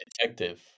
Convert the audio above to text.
detective